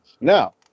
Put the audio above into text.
Now